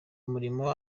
imirimo